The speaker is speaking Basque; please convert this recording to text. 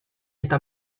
eta